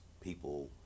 people